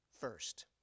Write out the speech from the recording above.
first